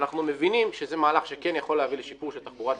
אנחנו מבינים שזה מהלך שכן יכול להביא לשיפור של תחבורה ציבורית,